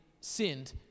sinned